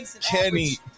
Kenny